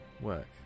work